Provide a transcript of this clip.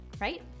right